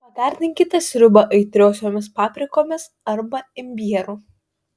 pagardinkite sriubą aitriosiomis paprikomis arba imbieru